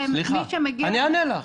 מי ש- -- אני אענה לך.